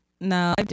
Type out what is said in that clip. no